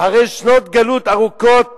אחרי שנות גלות ארוכות